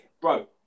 Bro